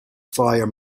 fire